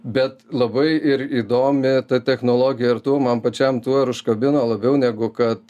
bet labai ir įdomi ta technologija ir tuo man pačiam tuo ir užkabino labiau negu kad